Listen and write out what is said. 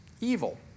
evil